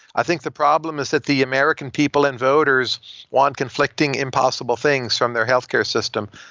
i think the problem is that the american people and voters want conflicting impossible things from their healthcare system.